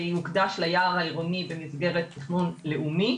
שיהיה מוקדש ליער העירוני במסגרת תכנון לאומי,